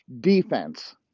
defense